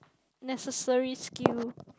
necessary skill